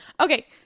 okay